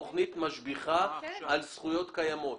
תכנית משביחה על זכויות קיימות.